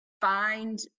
find